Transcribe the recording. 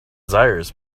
desires